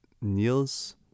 Niels